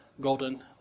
golden